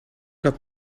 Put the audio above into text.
had